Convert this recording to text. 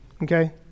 Okay